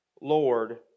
Lord